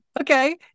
Okay